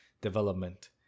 development